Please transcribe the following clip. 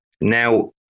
Now